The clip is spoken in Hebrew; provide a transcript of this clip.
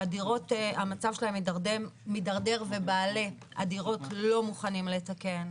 שמצב הדירות מתדרדר ובעלי הדירות לא מוכנים לתקן.